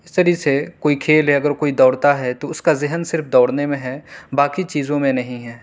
اس طرح سے کوئی کھیل اگر کوئی دوڑتا ہے تو اس کا ذہن صرف دوڑنے میں ہے باقی چیزوں میں نہیں ہے